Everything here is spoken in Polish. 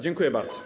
Dziękuję bardzo.